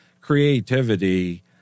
creativity—